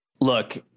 look